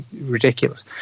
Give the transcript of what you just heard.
ridiculous